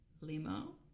limo